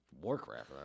Warcraft